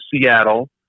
Seattle